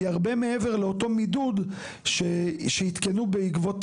היא הרבה מעבר לאותו מידוד שעדכנו בעקבות